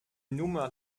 nummer